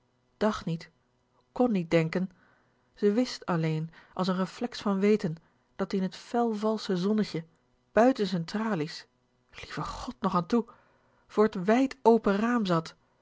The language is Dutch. dacht niet kon niet denken ze wist alleen als n reflex van weten dat-ie in t fel valsche zonnetje buiten z'n tralies lieve god nog an toe voor t w ij do p e n raam zat